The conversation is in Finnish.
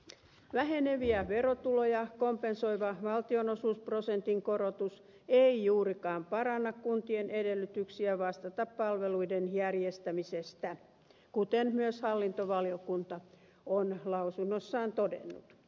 väheneviä verotuloja kompensoiva valtionosuusprosentin korotus ei juurikaan paranna kuntien edellytyksiä vastata palveluiden järjestämisestä kuten myös hallintovaliokunta on lausunnossaan todennut